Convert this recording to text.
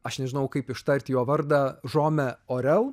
aš nežinau kaip ištarti jo vardą žome orel